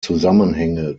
zusammenhänge